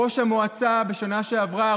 ראש המועצה בשנה שעברה,